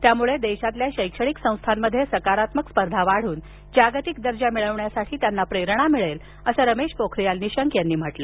यामुळे देशातील शैक्षणिक संस्थांमध्ये सकारात्मक स्पर्धा वाढून जागतिक दर्जा मिळवण्यासाठी त्यांना प्रेरणा मिळेल असं रमेश पोखरीयाल निशंक यांनी सांगितलं